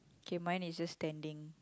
K mine is just standing